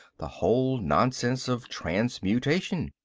the whole nonsense of transmutation.